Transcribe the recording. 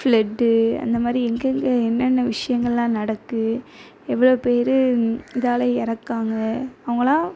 flood அந்த மாதிரி எங்கெங்க என்னென்ன விஷயங்கள்லாம் நடக்குது எவ்வளோ பேர் இதால இறக்காங்க அவங்களாம்